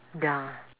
ya